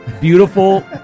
Beautiful